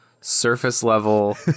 surface-level